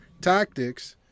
tactics-